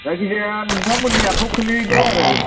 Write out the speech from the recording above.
जायखिजाया नोंथांमोननि आखायाव खोलैबाय आरो